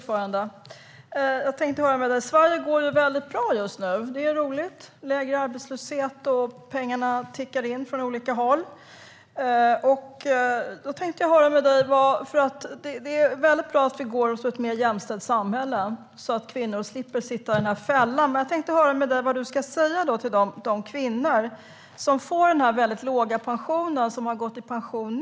Fru talman! Sverige går väldigt bra just nu. Det är roligt. Det är lägre arbetslöshet, och pengarna tickar in från olika håll. Det är väldigt bra att vi går mot ett mer jämställt samhälle så att kvinnor slipper sitta i fällan. Jag tänkte höra med dig, Annika Strandhäll, vad du ska säga till de kvinnor som får den väldigt låga pensionen och som nu har gått i pension.